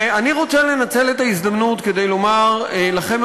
ואני רוצה לנצל את ההזדמנות כדי לומר לכם,